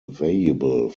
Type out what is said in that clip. available